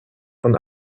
von